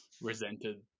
resented